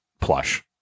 plush